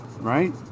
Right